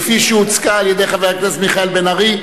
שהוצגה על-ידי חבר הכנסת מיכאל בן-ארי,